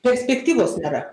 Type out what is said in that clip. perspektyvos nėra